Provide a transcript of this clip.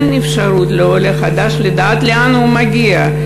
אפשרות לעולה החדש לדעת לאן הוא מגיע,